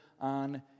on